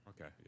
Okay